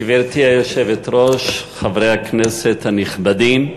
גברתי היושבת-ראש, חברי הכנסת הנכבדים,